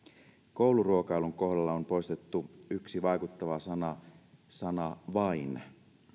kouluruokailun kohdalla on poistettu yksi vaikuttava sana sana vain